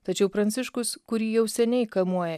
tačiau pranciškus kurį jau seniai kamuoja